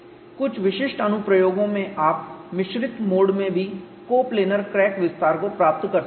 कुछ विशिष्ट अनुप्रयोगों में आप मिश्रित मोड में भी कोप्लेनर क्रैक विस्तार को प्राप्त कर सकते हैं